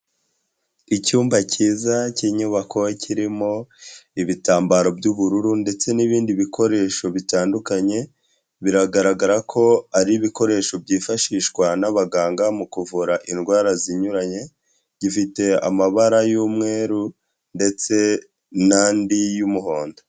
Icyumba cyiza cy'inyubako kirimo ibitambaro by'ubururu ndetse n'ibindi bikoresho bitandukanye, biragaragara ko ari ibikoresho byifashishwa n'abaganga mu kuvura indwara zinyuranye, gifite amabara y'umweru ndetse n'andi y'umuhondo.